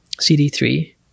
CD3